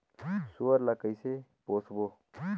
सुअर ला कइसे पोसबो?